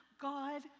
God